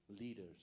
leaders